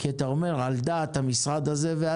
כי אתה אומר שעל דעת משרד מסוים,